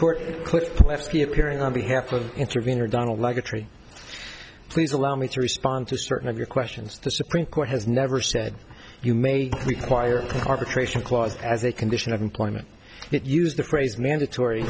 of intervenor donald like a tree please allow me to respond to certain of your questions the supreme court has never said you may require arbitration clause as a condition of employment it used the phrase mandatory